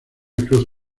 cruz